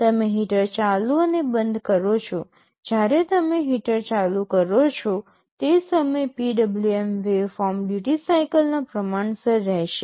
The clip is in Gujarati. તમે હીટર ચાલુ અને બંધ કરો છો જ્યારે તમે હીટર ચાલુ કરો છો તે સમય PWM વેવફોર્મ ડ્યૂટિ સાઇકલના પ્રમાણસર રહેશે